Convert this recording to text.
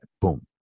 boom